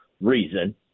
reason